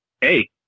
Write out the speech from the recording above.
hey